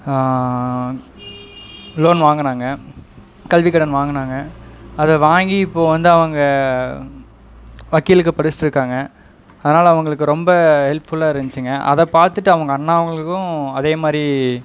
loan வாங்குனாங்க கல்விக் கடன் வாங்குனாங்க அதை வாங்கி இப்போது வந்து அவங்க வக்கீலுக்கு படிச்சிகிட்ருக்காங்க அதனால் அவங்களுக்கு ரொம்ப ஹெல்ப்ஃபுல்லாக இருந்துச்சுங்க அதை பார்த்துட்டு அவங்க அண்ணா அவங்களுக்கு அதே மாதிரி